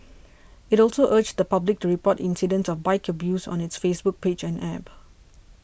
it also urged the public to report incidents of bike abuse on its Facebook page and App